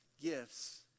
gifts